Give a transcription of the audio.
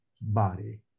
body